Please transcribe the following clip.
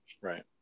right